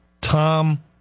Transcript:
Tom